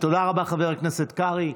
תודה רבה, חבר הכנסת קרעי.